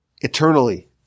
eternally